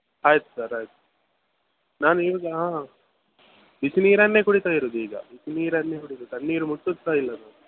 ಆಯಿತು ಸರ್ ಆಯಿತು ನಾನು ಇವಾಗ ಬಿಸಿ ನೀರನ್ನೇ ಕುಡೀತಾ ಇರೋದು ಈಗ ಬಿಸಿ ನೀರನ್ನೇ ಕುಡಿಯುವುದು ತಣ್ಣೀರು ಮುಟ್ಟೋದು ಸಹ ಇಲ್ಲ ನಾನು